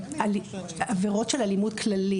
עבירות של אלימות כללית,